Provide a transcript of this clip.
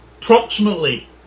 Approximately